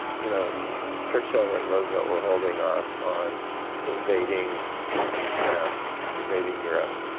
you know churchill and roosevelt were holding off on invading france, invading europe.